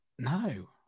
No